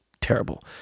terrible